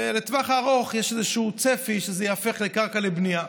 ולטווח הארוך יש איזשהו צפי שזה ייהפך לקרקע לבנייה.